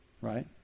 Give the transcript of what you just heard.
right